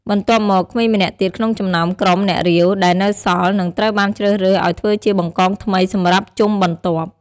បន្ទាប់មក ក្មេងម្នាក់ទៀតក្នុងចំណោម ក្រុម អ្នករាវ ដែលនៅសល់ នឹងត្រូវបានជ្រើសរើសឱ្យធ្វើជា បង្កង ថ្មីសម្រាប់ជុំបន្ទាប់។